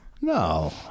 No